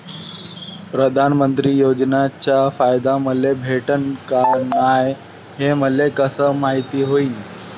प्रधानमंत्री योजनेचा फायदा मले भेटनं का नाय, हे मले कस मायती होईन?